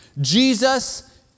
Jesus